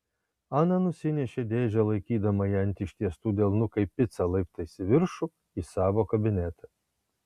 ana nusinešė dėžę laikydama ją ant ištiestų delnų kaip picą laiptais į viršų į savo kabinetą